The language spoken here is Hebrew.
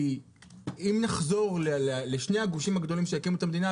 אם נחזור לשני הגושים הגדולים שהקימו את המדינה,